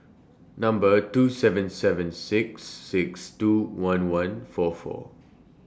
Number two seven seven six six two one one four four